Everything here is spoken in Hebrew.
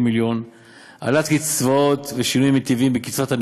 שיושבים פה בכנסת,